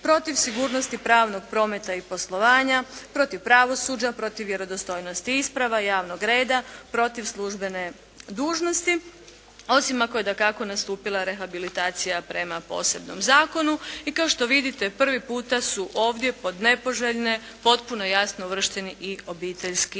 protiv sigurnosti pravnog prometa i poslovanja, protiv pravosuđa, protiv vjerodostojnosti isprava, javnog reda, protiv službene dužnosti osim ako je dakako nastupila rehabilitacija prema posebnom zakonu. I kao što vidite prvi puta su ovdje pod nepoželjne potpuno jasno uvršteni i obiteljski